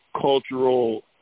cultural